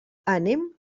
anem